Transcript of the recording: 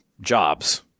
jobs